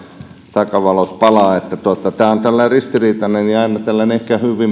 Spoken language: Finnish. takavalot palavat tämä on ristiriitainen ja aina tällainen ehkä